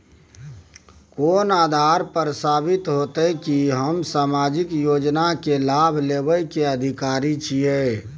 कोन आधार पर साबित हेते की हम सामाजिक योजना के लाभ लेबे के अधिकारी छिये?